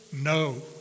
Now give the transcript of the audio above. No